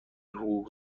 حقوق